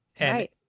Right